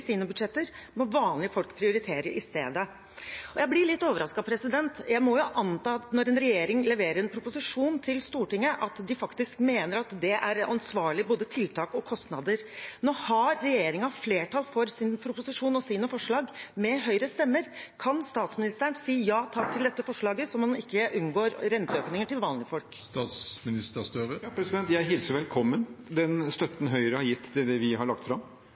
sine budsjetter, må vanlige folk prioritere i stedet. Jeg blir litt overrasket. Jeg må jo anta når en regjering leverer en proposisjon til Stortinget, at de faktisk mener at det er ansvarlige både tiltak og kostnader. Nå har regjeringen flertall for sin proposisjon og sine forslag med Høyres stemmer. Kan statsministeren si ja takk til dette forslaget, så man unngår renteøkninger til vanlige folk? Jeg hilser velkommen den støtten Høyre har gitt til det vi har lagt fram.